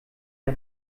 der